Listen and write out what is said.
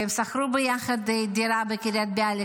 הם שכרו ביחד דירה בקריית ביאליק,